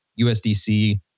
USDC